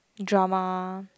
drama